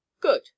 Good